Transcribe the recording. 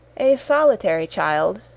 a solitary child,